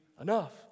enough